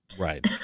Right